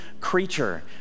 creature